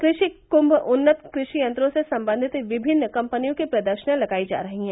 कृषि कुंभ उन्नत कृषि यंत्रों से संबंधित विभिन्न कम्पनियों की प्रदर्शनियां लगाई जा रही है